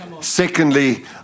Secondly